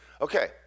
Okay